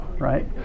right